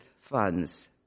funds